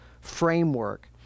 framework